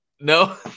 No